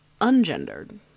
ungendered